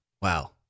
Wow